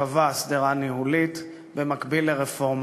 שקבע הסדרה ניהולית במקביל לרפורמה.